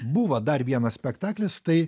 buvo dar vienas spektaklis tai